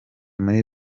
muri